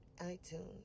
iTunes